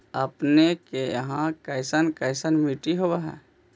अपने के यहाँ कैसन कैसन मिट्टी होब है?